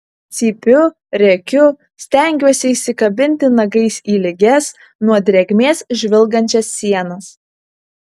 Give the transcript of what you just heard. cypiu rėkiu stengiuosi įsikabinti nagais į lygias nuo drėgmės žvilgančias sienas